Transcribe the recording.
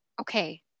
Okay